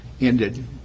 ended